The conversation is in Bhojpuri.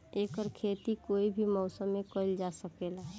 एकर खेती कोई भी मौसम मे कइल जा सके ला